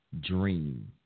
dream